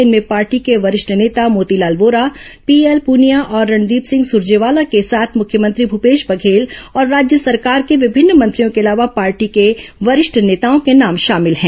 इनमें पार्टी के वरिष्ठ नेता मोतीलाल वोरा पीएल पुनिया और रणदीप सिंह सुरजेवाला के साथ मुख्यमंत्री भूपेश बघेल और राज्य सरकार के विभिन्न मंत्रियों के अलावा पार्टी के वरिष्ठ नेताओं के नाम शामिल हैं